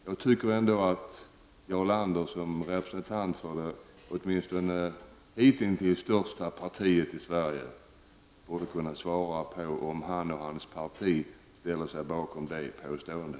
Jag tycker ändå att Jarl Lander som representant för det åtminstone hitintills största partiet i Sverige borde kunna svara på frågan om han eller hans parti ställer sig bakom detta påstående.